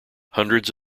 hundreds